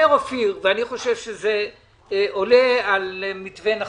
אומר אופיר כץ, ואני חושב שזה עולה על מתווה נכון: